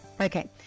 Okay